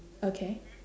okay